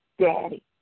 daddy